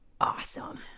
awesome